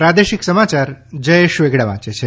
પ્રાદેશિક સમાચાર જયેશ વેગડા વાંચે છે